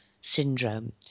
syndrome